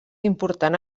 important